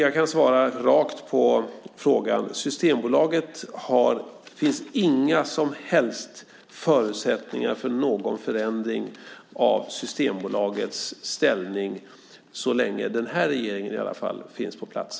Jag kan ge ett rakt svar på frågan: Det finns inga som helst förutsättningar för någon förändring av Systembolagets ställning, i alla fall inte så länge den här regeringen finns på plats.